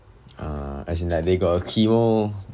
ah as in like they got a chemo